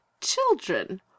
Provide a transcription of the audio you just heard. Children